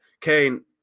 Kane